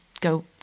Go